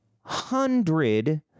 hundred